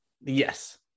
Yes